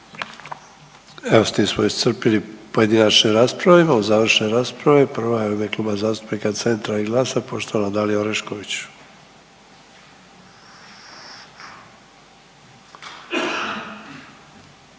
Evo s tim smo iscrpili pojedinačne rasprave. Imamo završne rasprave, prva je u ime Kluba zastupnika Centra i GLAS-a poštovana Dalija Orešković.